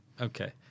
Okay